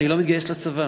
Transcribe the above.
אני לא מתגייס לצבא.